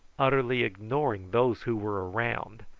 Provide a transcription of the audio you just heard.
utterly ignoring those who were around,